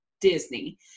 Disney